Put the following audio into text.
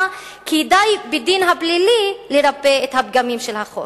שדי בדין הפלילי לרפא את הפגמים של החוק.